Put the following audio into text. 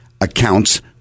accounts